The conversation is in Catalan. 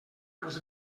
els